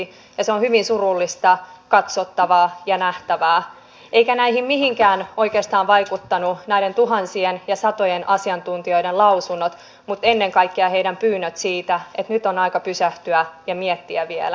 se on hyvin surullista katsottavaa ja nähtävää eivätkä näistä mihinkään oikeasti vaikuttaneet näiden tuhansien ja satojen asiantuntijoiden lausunnot eivätkä ennen kaikkea heidän pyyntönsä siitä että nyt on aika pysähtyä ja miettiä vielä